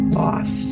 loss